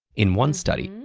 in one study,